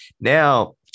now